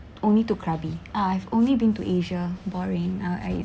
only to krabi I've only been to asia boring ah